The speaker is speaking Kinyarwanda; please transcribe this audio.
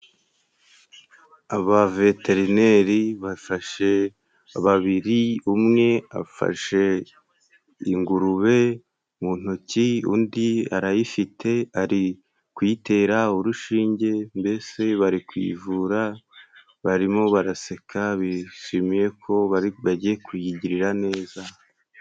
Abaveterineri bafashe babiri umwe afashe ingurube mu ntoki ,undi arayifite ari kuyitera urushinge mbese bari kuyivura, barimo baraseka bishimiye ko bari bagiye kuyigirira neza.